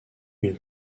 une